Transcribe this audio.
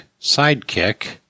sidekick